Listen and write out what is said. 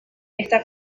está